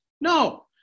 No